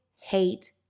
hate